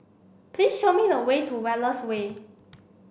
please show me the way to Wallace Way